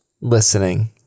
listening